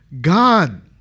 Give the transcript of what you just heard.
God